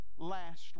last